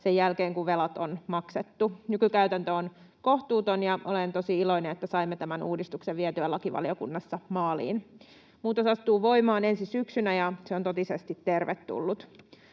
sen jälkeen, kun velat on maksettu. Nykykäytäntö on kohtuuton, ja olen tosi iloinen, että saimme tämän uudistuksen vietyä lakivaliokunnassa maaliin. Muutos astuu voimaan ensi syksynä, ja se on totisesti tervetullut.